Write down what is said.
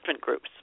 groups